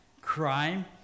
crime